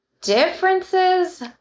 differences